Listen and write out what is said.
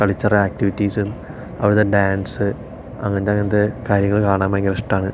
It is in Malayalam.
കള്ച്ചര് ആക്റ്റിവിറ്റീസും അവിടുത്തെ ഡാന്സ് അങ്ങനത്തെ അങ്ങനത്തെ കാര്യങ്ങള് കാണാന് ഭയങ്കര ഇഷ്ടമാണ്